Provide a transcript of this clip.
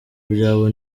byabo